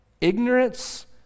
ignorance